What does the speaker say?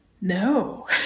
no